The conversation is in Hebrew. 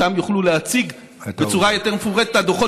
שם יוכלו להציג בצורה יותר מפורטת את הדוחות